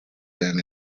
been